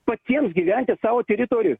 patiems gyventi savo teritorijoj